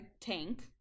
tank